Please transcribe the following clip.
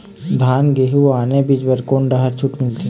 धान गेहूं अऊ आने बीज बर कोन डहर छूट मिलथे?